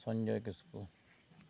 Sanjay Kisku